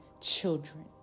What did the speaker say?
children